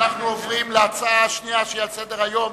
אנחנו עוברים להצעה השנייה על סדר-היום,